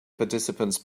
participants